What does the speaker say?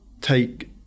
take